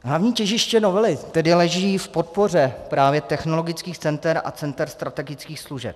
Hlavní těžiště novely tedy leží v podpoře právě technologických center a center strategických služeb.